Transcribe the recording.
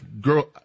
girl